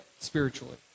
spiritually